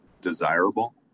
desirable